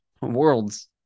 worlds